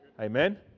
Amen